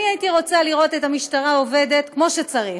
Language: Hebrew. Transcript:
אני רוצה לראות את המשטרה עובדת כמו שצריך.